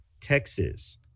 Texas